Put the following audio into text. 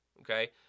okay